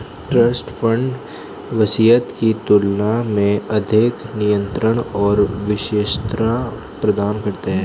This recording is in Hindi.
ट्रस्ट फंड वसीयत की तुलना में अधिक नियंत्रण और विशिष्टता प्रदान करते हैं